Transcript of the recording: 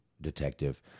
detective